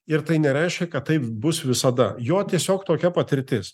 ir tai nereiškia kad taip bus visada jo tiesiog tokia patirtis